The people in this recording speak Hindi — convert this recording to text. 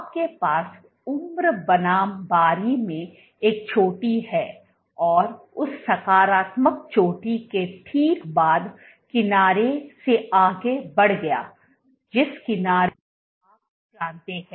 आपके पास उम्र बनाम बारी में एक चोटी है और उस सकारात्मक चोटी के ठीक बाद किनारे से आगे बढ़ गयाजिस किनारे को आप जानते हैं